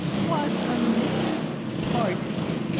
was a mrs. pardiggle,